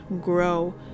grow